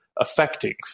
affecting